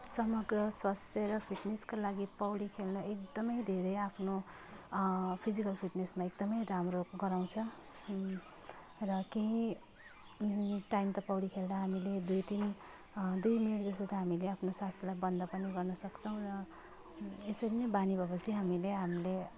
समग्र स्वास्थ्य र फिटनेसको लागि पौडी खेल्नु एकदमै धेरै आफ्नो फिजिकल फिटनेसमा एकदमै राम्रो गराउँछ स्विमिङ र केही टाइम त हामी पौडी खेल्दा हामीले दुई तिन दुई मिनट जस्तो त हामीले आफ्नो सासलाई बन्द पनि गर्नुसक्छौँ र यसरी नै बानी भएपछि हामीले हामीले